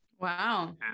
Wow